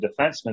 defenseman